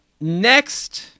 Next